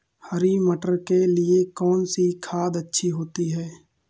हरी मटर के लिए कौन सी खाद अच्छी होती है?